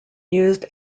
used